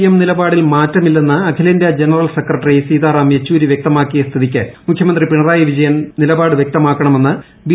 M ് നിലപാടിൽ മാറ്റമില്ലെന്ന് അഖിലേന്ത്യാ ജനറൽ സെക്രട്ടറി സീത്രുറിറ്റ് ്യെച്ചൂരി വൃക്തമാക്കിയ സ്ഥിതിക്ക് മുഖ്യമന്ത്രി പിണറായു പ്പിജ്യൻ സർക്കാർ നിലപാട് വൃക്തമാക്കണമെന്ന് ബി